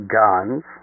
guns